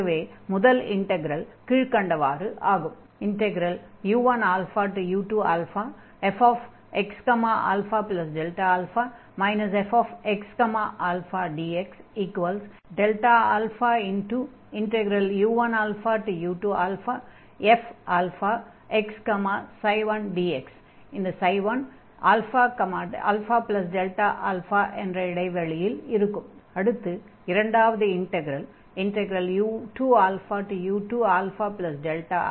ஆகவே முதல் இன்டக்ரல் கீழ்க்கண்டவாறு ஆகும் u1u2fxα fxαdxu1u2fx1dx ξ1ααΔα அடுத்து இரண்டாவது இன்டக்ரல் u2u2αfxαdx